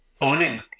owning